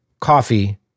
Coffee